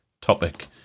topic